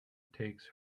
takes